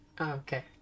Okay